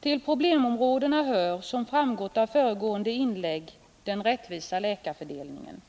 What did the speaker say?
Till problemområdena hör, som framgått av föregående inlägg, den orättvisa läkarfördelningen.